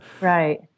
Right